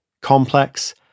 complex